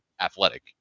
athletic